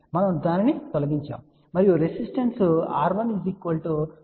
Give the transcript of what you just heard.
మనము దానిని తొలగించాము మరియు రెసిస్టెన్స్ R1 100 Ω ను సబ్స్టిట్యూట్ చేసాము